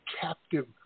captive